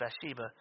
Bathsheba